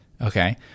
okay